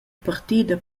partida